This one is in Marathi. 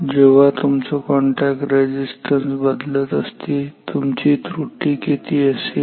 जेव्हा तुमचं कॉन्टॅक्ट रेझिस्टन्स बदलत असते तुमची त्रुटी किती असेल